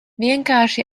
vienkārši